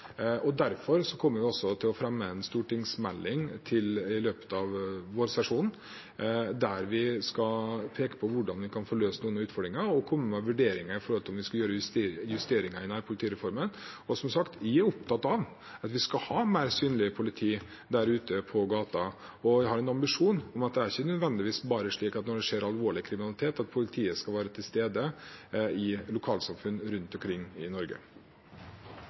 Derfor kommer vi også til å fremme en stortingsmelding i løpet av vårsesjonen der vi skal peke på hvordan vi kan få løst disse utfordringene, og komme med vurderinger av om vi skal gjøre justeringer i nærpolitireformen. Som sagt: Jeg er opptatt av at vi skal ha mer synlig politi der ute på gata, og jeg har en ambisjon om at det er ikke nødvendigvis bare når det skjer alvorlig kriminalitet, at politiet skal være til stede i lokalsamfunn rundt omkring i Norge.